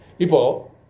Ipo